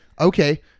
okay